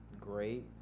great